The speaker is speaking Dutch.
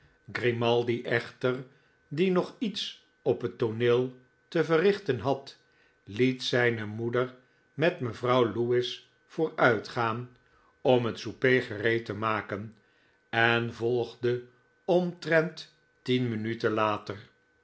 grimaldi echter die nog iets op het tooneel te verrichten had het zijne moeder met mevrouw lewis vooruitgaan om het soupe gereed te maken en volgde omtrent tien minuten later